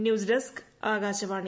news desk Akashvani